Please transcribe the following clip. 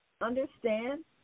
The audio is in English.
understand